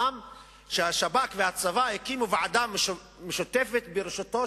שהשב"כ והצבא הקימו ועדה משותפת בראשותו